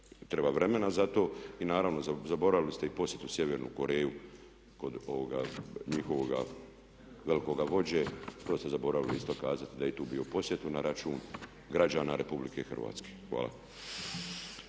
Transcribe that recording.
treba vremena zato i naravno zaboravili ste i posjetu Sjevernu Koreju, kod ovoga njihovoga vođe, to ste zaboravili isto kazati, da je i tu bio u posjetu na račun građana RH. Hvala.